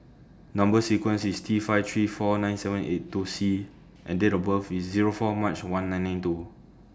Number sequence IS T five three four nine seven eight two C and Date of birth IS Zero four March one nine nine two